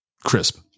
crisp